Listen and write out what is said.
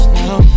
now